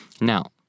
now